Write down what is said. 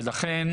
ולכן,